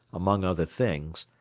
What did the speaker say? among other things,